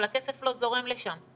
אבל הכסף לא זורם לשם.